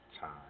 time